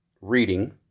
reading